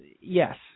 yes